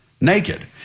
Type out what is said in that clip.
naked